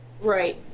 Right